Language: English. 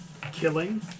killing